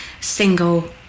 single